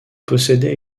possédait